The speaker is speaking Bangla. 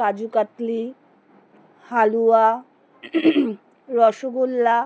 কাজু কাতলি হালুয়া রসগোল্লা